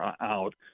out